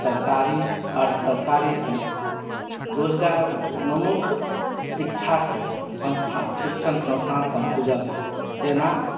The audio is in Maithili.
सरकारी अर्द्धसरकारी संस रोजगारोन्मुख शिक्षाके संस्थान शिक्षण संस्थानसभ खूजल अछि जेना